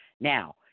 Now